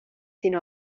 sin